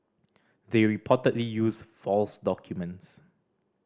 they reportedly used false documents